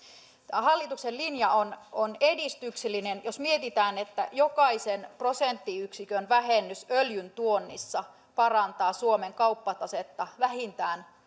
hallituksen linja on on edistyksellinen jos mietitään että jokaisen prosenttiyksikön vähennys öljyntuonnissa parantaa suomen kauppatasetta vähintään